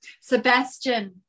Sebastian